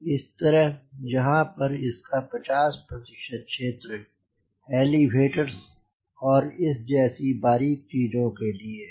इस तरह यहाँ पर इसका 50 प्रतिशत क्षेत्र एलिवेटर्स और इस जैसी बारीक़ चीजों के लिए है